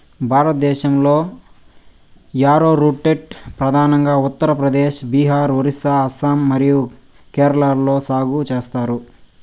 భారతదేశంలో, యారోరూట్ ప్రధానంగా ఉత్తర ప్రదేశ్, బీహార్, ఒరిస్సా, అస్సాం మరియు కేరళలో సాగు చేస్తారు